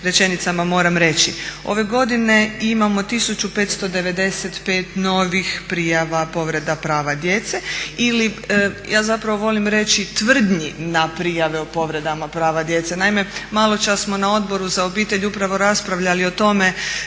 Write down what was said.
rečenicama moram reći. Ove godine imamo 1595 novih prijava povreda prava djece ili ja zapravo volim reći tvrdnji na prijave o povredama prava djece. Naime, maločas smo na Odboru za obitelj upravo raspravljali o tome